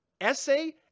essay